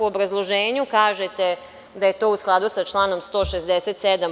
U obrazloženju kažete da je to u skladu sa članom 167.